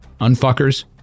Unfuckers